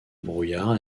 brouillard